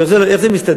אמרתי לו, איך זה מסתדר?